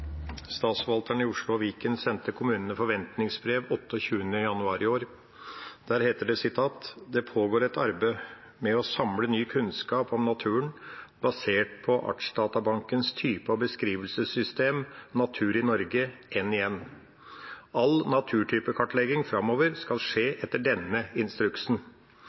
i Oslo og Viken sendte kommunene forventningsbrev 28. januar i år. Der heter det: «Det pågår et arbeid med å samle ny kunnskap om naturen, basert på Artsdatabankens type- og beskrivelsessystem Natur i Norge . All naturtypekartlegging fremover skal skje etter denne instruksen.